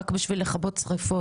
רק על מנת לכבות שריפות.